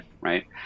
right